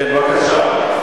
כן, בבקשה.